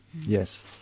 yes